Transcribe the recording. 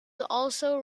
also